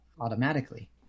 automatically